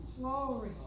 Glory